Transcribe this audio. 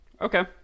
Okay